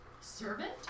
Servant